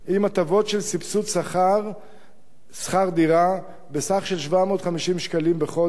עם הטבות של סבסוד שכר-דירה בסך של 750 שקלים בחודש,